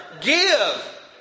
Give